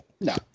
No